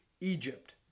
Egypt